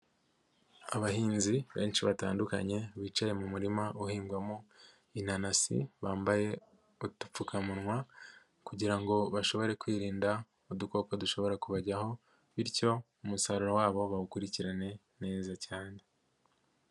Abahinzi benshi batandukanye bicaye mu murima uhingwamo inanasi bambaye udupfukamunwa kugira ngo bashobore kwirinda udukoko dushobora kubajyaho bityo umusaruro wabo bawukurikirane neza cyane.